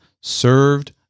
Served